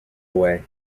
away